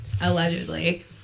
Allegedly